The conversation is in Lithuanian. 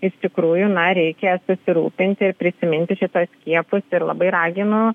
iš tikrųjų na reikia susirūpinti ir prisiminti šituos skiepus ir labai raginu